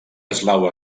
eslau